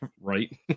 right